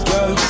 Girl